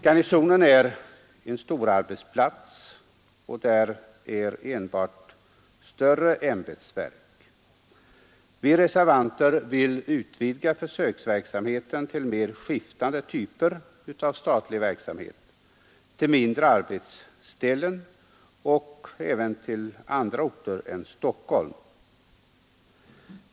Garnisonen är en storarbetsplats, och där finns enbart större ämbetsverk. Vi reservanter vill utvidga försöksverksamheten till mer skiftande typer av statlig verksamhet, till mindre arbetsställen och även till andra orter än Stockholm.